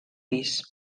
pis